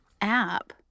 app